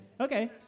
okay